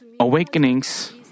Awakenings